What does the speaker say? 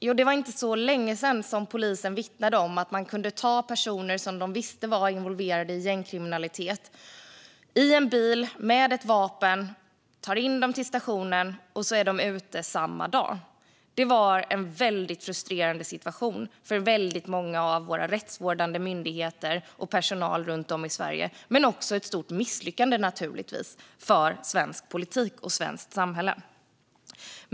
Jo, det var inte så länge sedan polisen vittnade om att man kunde ta personer som man visste var involverade i gängkriminalitet i en bil med ett vapen och ta in dem till stationen, och de var ute samma dag. Det var en väldigt frustrerande situation för många av våra rättsvårdande myndigheter och personal runt om i Sverige men naturligtvis också ett stort misslyckande för svensk politik och svenskt samhälle.